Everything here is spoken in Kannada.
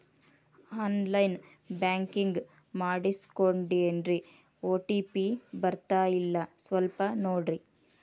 ಆನ್ ಲೈನ್ ಬ್ಯಾಂಕಿಂಗ್ ಮಾಡಿಸ್ಕೊಂಡೇನ್ರಿ ಓ.ಟಿ.ಪಿ ಬರ್ತಾಯಿಲ್ಲ ಸ್ವಲ್ಪ ನೋಡ್ರಿ